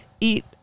eat